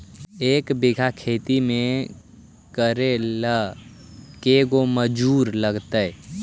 एक बिघा खेत में आरि ल के गो मजुर लगतै?